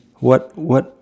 what what uh